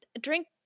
Drink